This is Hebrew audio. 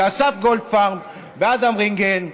זה אסף גולדפרב ואדם רינגל,